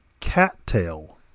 cattail